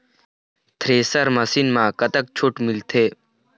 Thresher machine म कतक छूट मिलथे?